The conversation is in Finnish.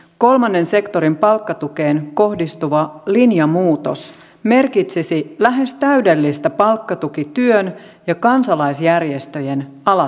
kolmannen sektorin palkkatukeen kohdistuva linjamuutos merkitsisi lähes täydellistä palkkatukityön ja kansalaisjärjestöjen alasajoa